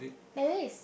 and then is